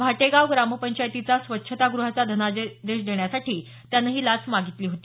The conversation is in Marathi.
भाटेगाव ग्रामपंचायतीचा स्वच्छताग्रहाचा धनादेश देण्यासाठी त्यानं ही लाच मागितली होती